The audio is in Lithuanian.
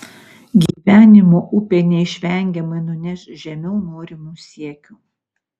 gyvenimo upė neišvengiamai nuneš žemiau norimų siekių